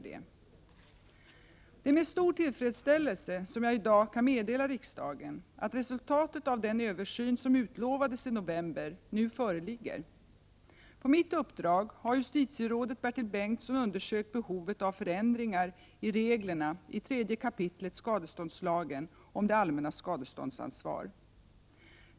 Det är med stor tillfredsställelse som jag i dag kan meddela riksdagen att resultatet av den översyn som utlovades i november nu föreligger. På mitt uppdrag har justitierådet Bertil Bengtsson undersökt behovet av förändringar av reglerna i 3 kap. skadeståndslagen om det allmännas skadeståndsansvar.